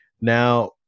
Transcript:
now